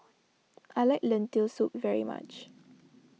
I like Lentil Soup very much